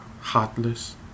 heartless